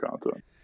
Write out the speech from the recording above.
content